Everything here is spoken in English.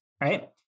right